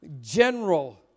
general